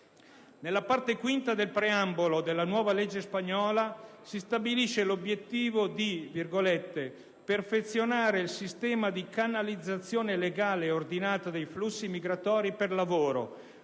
Nella Parte V del Preambolo della nuova legge spagnola si stabilisce l'obiettivo di «perfezionare il sistema di canalizzazione legale ed ordinata dei flussi migratori per lavoro,